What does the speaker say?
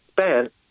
spent